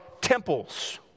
temples